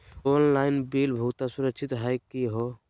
Online bill भुगतान सुरक्षित हई का हो?